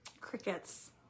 Crickets